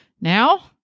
Now